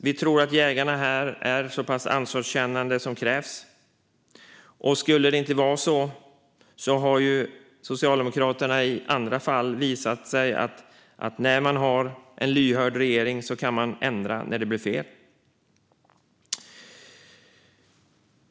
Vi tror att dessa jägare är så pass ansvarskännande som krävs, och skulle det inte vara så har Socialdemokraterna i andra fall visat att en lyhörd regering kan ändra det som blir fel.